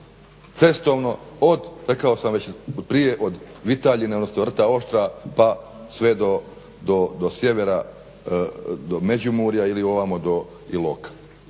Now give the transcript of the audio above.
cestovno od rekao sam već prije od Vitaljine odnosno Rta Oštra pa sve do sjevera do Međimurja ili ovamo do Iloka.